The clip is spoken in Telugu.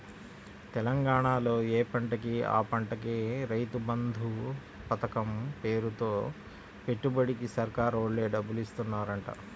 తెలంగాణాలో యే పంటకి ఆ పంటకి రైతు బంధు పతకం పేరుతో పెట్టుబడికి సర్కారోల్లే డబ్బులిత్తన్నారంట